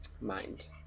mind